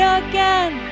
again